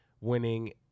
winning